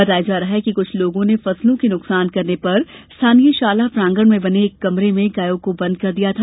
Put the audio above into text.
बताया जा रहा है कि कुछ लोगों ने फसलों के नुकसान करने पर स्थानीय शाला प्रांगण में बने एक कमरे में गायों को बंद कर दिया था